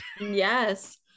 Yes